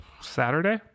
Saturday